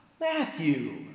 Matthew